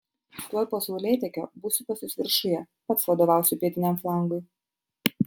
tuoj po saulėtekio būsiu pas jus viršuje pats vadovausiu pietiniam flangui